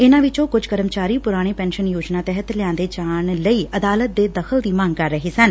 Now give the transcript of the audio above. ਇਨੂਾਂ ਵਿਚੋਂ ਕੁਝ ਕਰਮਚਾਰੀ ਪੁਰਾਣੀ ਪੈਨਸ਼ਨ ਯੋਜਨਾ ਤਹਿਤ ਲਿਆਂਦੇ ਜਾਣ ਲਈ ਅਦਾਲਤ ਦੇ ਦਖ਼ਲ ਦੀ ਮੰਗ ਕਰ ਰਹੇ ਸਨ